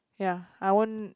yeah I won't